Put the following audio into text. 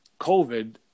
covid